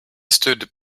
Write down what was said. stood